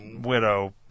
widow